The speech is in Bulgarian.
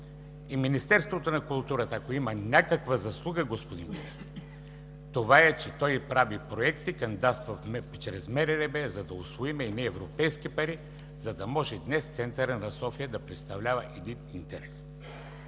и Министерството на културата, ако има някаква заслуга, господин Бинев, това е, че той прави проекти, кандидатства чрез МРРБ, за да усвоим едни европейски пари, за да може днес центърът на София да представлява един интерес.